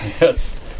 Yes